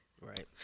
Right